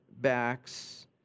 backs